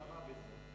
מה רע בזה?